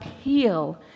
appeal